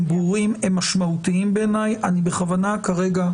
הם ברורים, הם משמעותיים בעיניי.